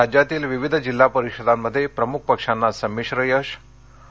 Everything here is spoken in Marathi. राज्यातील विविध जिल्हा परिषदांमध्ये प्रमुख पक्षांना संमिश्र यश आणि